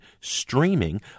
streaming